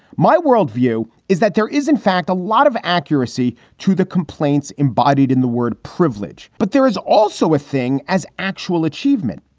my world view is that there is in fact a lot of accuracy to the complaints embodied in the word privilege. but there is also a thing as actual achievement.